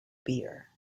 beer